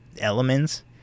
elements